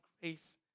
grace